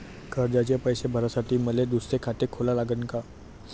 कर्जाचे पैसे भरासाठी मले दुसरे खाते खोला लागन का?